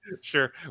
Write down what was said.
sure